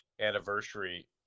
anniversary